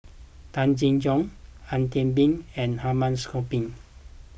Tay Chin Joo Ang Teck Bee and Hamid Supaat